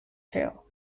trail